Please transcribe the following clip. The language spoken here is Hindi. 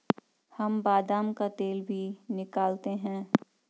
हम बादाम का तेल भी निकालते हैं